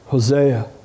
Hosea